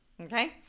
okay